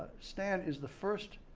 stan is the first,